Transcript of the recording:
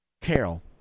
Carol